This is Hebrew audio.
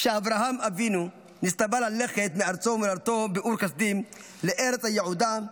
כשאברהם אבינו נצטווה ללכת מארצו וממולדתו באור כשדים לארץ היעודה,